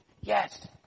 yes